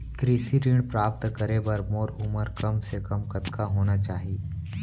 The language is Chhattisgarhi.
कृषि ऋण प्राप्त करे बर मोर उमर कम से कम कतका होना चाहि?